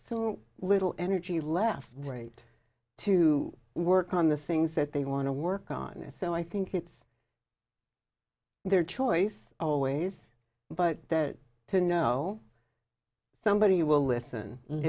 so little energy left great to work on the things that they want to work on it so i think it's their choice always but that to know somebody who will listen